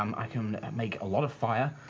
um i can make a lot of fire.